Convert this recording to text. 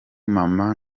maman